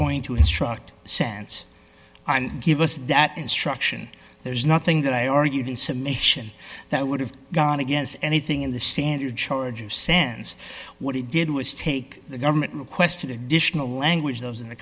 going to instruct sense and give us that instruction there's nothing that i argued in summation that would have gone against anything in the standard charge of sands what he did was take the government requested additional language that was in the